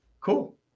Cool